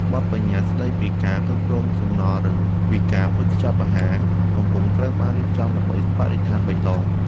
បទប្បញ្ញត្តិស្ដីពីការគ្រប់គ្រងសំណល់រឹងពីការវេចខ្ចប់អាហារកំពុងត្រូវបានរៀបចំដើម្បីបរិស្ថានបៃតង។